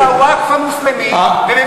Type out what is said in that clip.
תגיד לי עכשיו תאריך, בפני כל עם